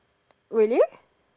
really